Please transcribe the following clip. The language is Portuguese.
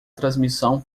transmissão